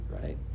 right